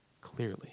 clearly